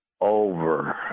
over